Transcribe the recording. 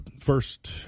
first